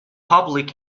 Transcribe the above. public